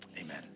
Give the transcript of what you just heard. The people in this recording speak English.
Amen